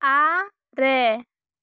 ᱟᱻᱨᱮ